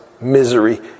misery